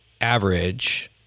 average